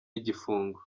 igifungo